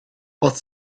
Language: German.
aus